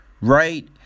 right